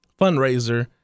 fundraiser